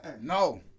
no